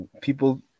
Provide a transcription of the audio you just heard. people